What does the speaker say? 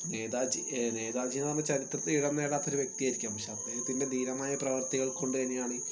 നേതാജി നേതാജി എന്ന് പറഞ്ഞാൽ ചരിത്രത്തിൽ ഇടം നേടാത്ത ഒരു വ്യക്തിയായിരിക്കാം പക്ഷേ അദ്ദേഹത്തിൻ്റെ ധീരമായ പ്രവർത്തികൾ കൊണ്ട് തന്നെയാണ്